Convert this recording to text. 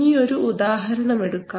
ഇനിയൊരു ഉദാഹരണം എടുക്കാം